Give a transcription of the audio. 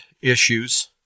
issues